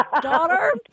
daughter